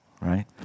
Right